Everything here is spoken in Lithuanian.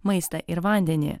maistą ir vandenį